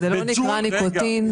זה לא נקרא ניקוטין.